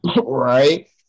right